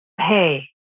Hey